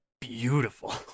beautiful